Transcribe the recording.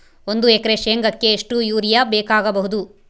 ಒಂದು ಎಕರೆ ಶೆಂಗಕ್ಕೆ ಎಷ್ಟು ಯೂರಿಯಾ ಬೇಕಾಗಬಹುದು?